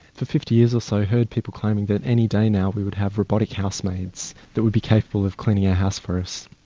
for fifty years or so we heard people claiming that any day now we would have robotic house maids that would be capable of cleaning our house for us,